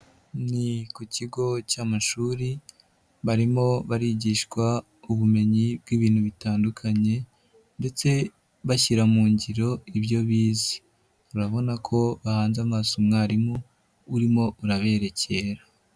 Ni ku kigo cy'amashuri, barimo barigishwa ubumenyi bw'ibintu bitandukanye ndetse bashyira mu ngiro ibyo bize, urabona ko bahanze amaso umwarimu urimo urabererekera.